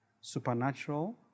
supernatural